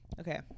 okay